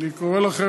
אני קורא לכם,